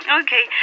okay